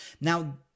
Now